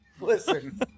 Listen